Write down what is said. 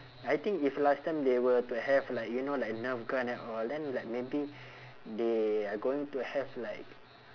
I think if last time they were to have like you know like nerf gun and all then like maybe they are going to have like